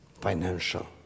financial